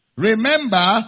Remember